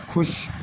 ਖੁਸ਼